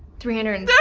three hundred and